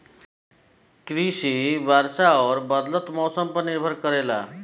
कृषि वर्षा और बदलत मौसम पर निर्भर करेला